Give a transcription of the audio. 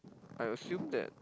I assume that